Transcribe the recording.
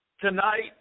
tonight